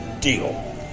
deal